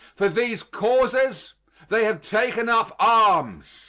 for these causes they have taken up arms.